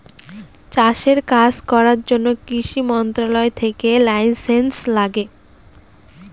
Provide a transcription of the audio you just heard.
চাষের কাজ করার জন্য কৃষি মন্ত্রণালয় থেকে লাইসেন্স লাগে